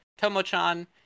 Tomo-chan